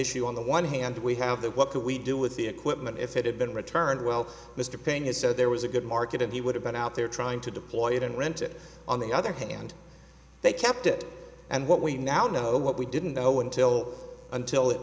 issue on the one hand we have the what do we do with the equipment if it had been returned well mr pena said there was a good market and he would have been out there trying to deploy it and rent it on the other hand they kept it and what we now know what we didn't know until until it